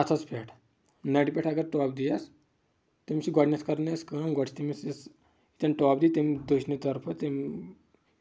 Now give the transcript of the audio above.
اَتھس پٮ۪ٹھ نَرِ پٮ۪ٹھ اَگر ٹۄپھ دِیس تٔمِس چھِ گۄڈٕنیٚتھ کرٕنۍ اَسہِ کٲم گۄڈٕ چھ تٔمِس اَسہِ یِتھیٚن ٹۄپھ دی تَتھٮ۪ن دٔچھنہِ طرفہٕ